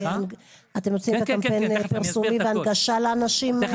אתם יוצאים בקמפיין פרסומי והנגשה לאנשים --- כן,